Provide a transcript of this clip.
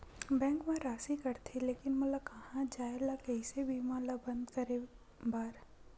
Bank मा राशि कटथे लेकिन मोला कहां जाय ला कइसे बीमा ला बंद करे बार?